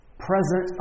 present